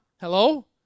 Hello